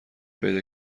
پیدا